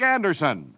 Anderson